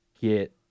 get